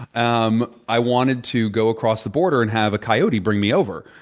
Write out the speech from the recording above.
um i wanted to go across the border and have a coyote bring me over.